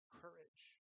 courage